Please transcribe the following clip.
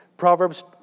Proverbs